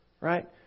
Right